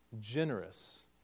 generous